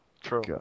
True